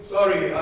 Sorry